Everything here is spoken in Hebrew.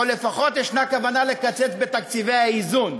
או לפחות יש כוונה לקצץ, בתקציבי האיזון.